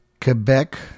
Quebec